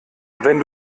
wenn